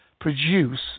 produce